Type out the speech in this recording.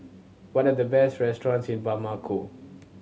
what are the best restaurants in Bamako